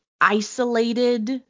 isolated